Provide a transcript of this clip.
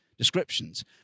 descriptions